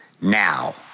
now